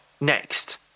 next